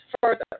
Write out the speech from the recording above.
further